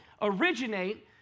originate